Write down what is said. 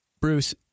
Bruce